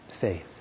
faith